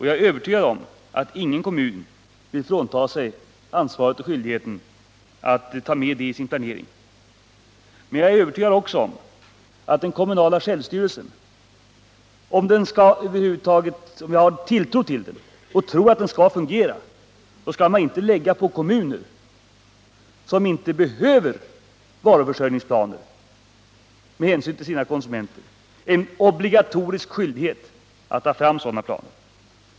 Jag är övertygad om att ingen kommun vill avsäga sig ansvaret för och skyldigheten 179 att ta med detta vid sin planering. Jag är också övertygad om att man — om man över huvud taget hyser någon tilltro till den kommunala självstyrelsen och alltså tror att den skall kunna fungera — inte kan lägga på de kommuner som inte behöver några varuförsörjningsplaner med hänsyn till sina konsumenters intressen en obligatorisk skyldighet att utarbeta sådana planer.